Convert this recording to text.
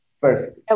First